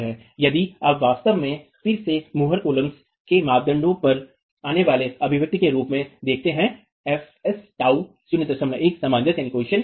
और यदि आप वास्तव में फिर से मोहर कूलम्ब के मापदंड पर आने वाले अभिव्यक्ति के रूप को देखते हैं fs τ टाऊ 01 सामंजस्य है